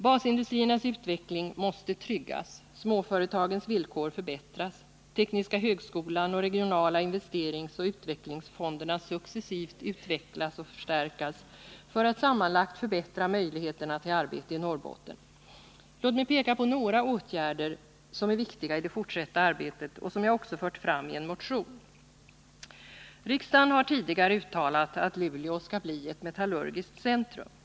Basindustriernas utveckling måste tryggas, småföretagens villkor förbättras, tekniska högskolan och regionala investeringsoch utvecklingsfonderna successivt utvecklas och förstärkas för att sammanlagt förbättra möjligheterna till arbete i Norrbotten. Låt mig peka på några åtgärder, som är viktiga i det fortsatta arbetet och som jag också fört fram i en motion. Riksdagen har tidigare uttalat att Luleå skall bli ett metallurgiskt centrum.